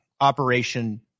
Operation